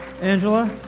Angela